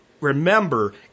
Remember